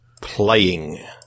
Playing